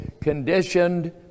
conditioned